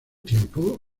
tiempo